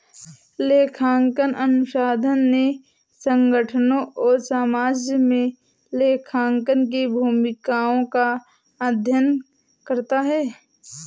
लेखांकन अनुसंधान ने संगठनों और समाज में लेखांकन की भूमिकाओं का अध्ययन करता है